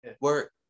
work